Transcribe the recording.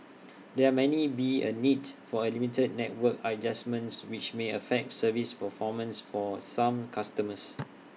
there many be A needs for limited network adjustments which may affect service performance for some customers